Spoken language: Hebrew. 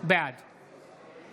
בעד